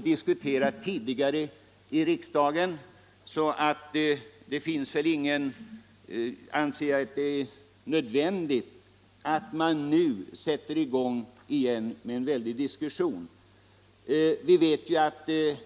vi diskuterat tidigare i riksdagen. Jag anser det därför inte nödvändigt att nu igen sätta i gång en väldig diskussion om den.